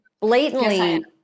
blatantly